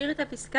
מקיר לקיר?